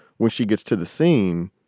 when she gets to the scene,